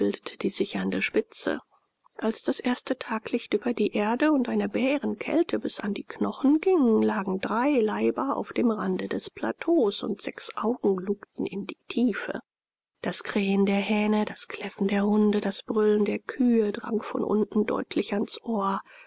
die sichernde spitze als das erste taglicht über die erde und eine bärenkälte bis an die knochen ging lagen drei leiber auf dem rande des plateaus und sechs augen lugten in die tiefe das krähen der hähne das kläffen der hunde das brüllen der kühe drang von unten deutlich ans ohr